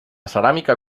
ceràmica